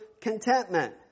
contentment